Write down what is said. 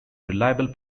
reliable